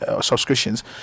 subscriptions